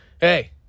Hey